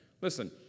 Listen